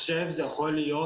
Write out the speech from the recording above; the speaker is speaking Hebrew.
מחשב יכול להיות,